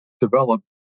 develop